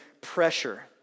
pressure